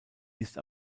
ist